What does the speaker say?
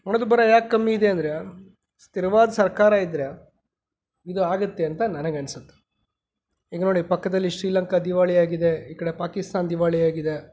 ಹಣದುಬ್ಬರ ಯಾಕೆ ಕಮ್ಮಿ ಇದೆ ಅಂದರೆ ಸ್ಥಿರವಾದ ಸರ್ಕಾರ ಇದ್ದರೆ ಹೀಗಾಗುತ್ತೆ ಅಂತ ನನಗೆ ಅನ್ಸುತ್ತೆ ಈಗ ನೋಡಿ ಪಕ್ಕದಲ್ಲಿ ಶ್ರೀಲಂಕ ದಿವಾಳಿಯಾಗಿದೆ ಈ ಕಡೆ ಪಾಕಿಸ್ತಾನ ದಿವಾಳಿಯಾಗಿದೆ